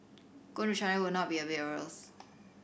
going to China will not be a bed of roses